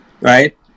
Right